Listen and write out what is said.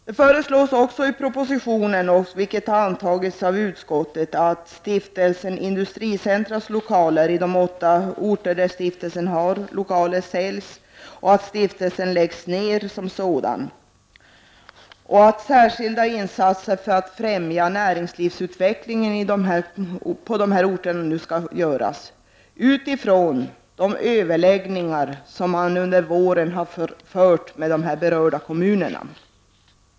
Det föreslås också i propositionen, vilket utskottet förordar, att Stiftelsen Industricentras lokaler i de åtta orter där stiftelsen har lokaler säljs och att stiftelsen som sådan läggs ned. Särskilda insatser för att främja näringslivsutvecklingen i dessa orter skall göras, utifrån de överläggningar som under våren förts med berörda kommuner.